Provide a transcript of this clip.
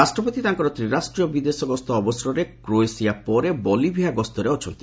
ରାଷ୍ଟ୍ରପତି ତାଙ୍କର ତ୍ରିରାଷ୍ଟ୍ରୀୟ ବିଦେଶ ଗସ୍ତ ଅବସରରେ କ୍ରୋଏସିଆ ପରେ ବଲିଭିଆ ଗସ୍ତରେ ଅଛନ୍ତି